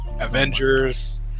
Avengers